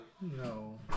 no